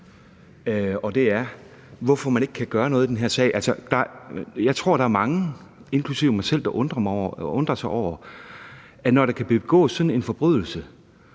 enkelt: Hvorfor kan man ikke gøre noget i den her sag? Altså, jeg tror, der er mange, inklusive mig selv, der undrer sig over, at man, når der er begået sådan en forbrydelse,